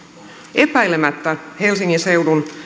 epäilemättä helsingin seudun